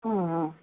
ఆ ఆ